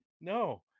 no